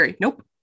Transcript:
nope